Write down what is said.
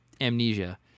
Amnesia